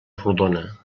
rodona